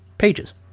pages